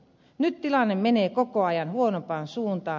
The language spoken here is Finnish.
nyt tilanne menee koko ajan huonompaan suuntaan